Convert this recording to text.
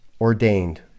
ordained